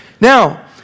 Now